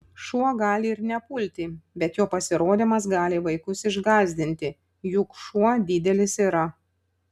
šuo gali ir nepulti bet jo pasirodymas gali vaikus išgąsdinti juk šuo didelis yra